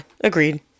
agreed